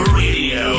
radio